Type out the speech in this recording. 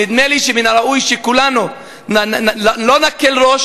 נדמה לי שמן הראוי שכולנו לא נקל ראש